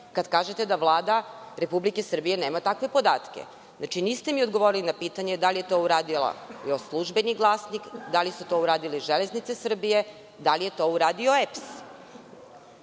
kada kažete da Vlada Republike Srbije nema takve podatke. Znači, niste mi odgovorili na pitanje da li je to uradio „Službeni glasnik“, da li su to uradile „Železnice Srbije“, da li je to uradio